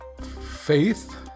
Faith